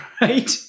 right